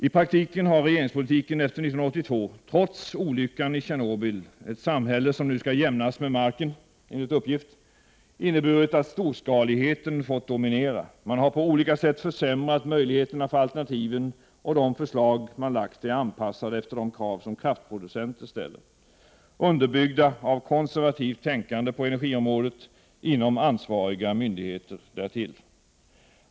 I praktiken har regeringspolitiken efter 1982 trots olyckan i Tjernobyl, ett samhälle som nu skall jämnas med marken enligt uppgift, inneburit att storskaligheten fått dominera. Man har på olika sätt försämrat möjligheterna för alternativen, och de förslag som man har lagt fram är anpassade efter de krav som kraftproducenter ställer, underbyggda av konservativt tänkande på energiområdet inom ansvariga myndigheter därtill.